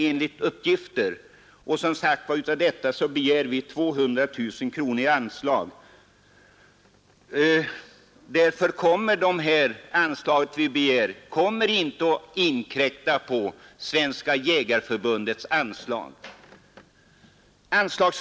Av detta begär vi som sagt 200 000 i anslag. Därför kommer det anslag som vi begär inte att inkräkta på Svenska jägareförbundets anslag.